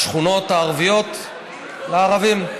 השכונות הערביות, לערבים.